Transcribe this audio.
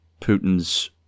Putin's